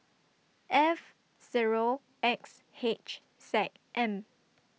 F Zero X H Z M